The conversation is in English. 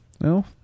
No